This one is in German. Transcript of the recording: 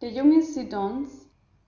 der junge siddons